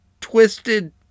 twisted